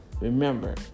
Remember